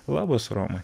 labas romai